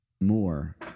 more